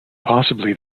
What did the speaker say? possibly